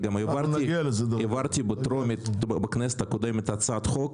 בכנסת הקודמת העברתי בקריאה הטרומית הצעת חוק